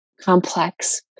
complex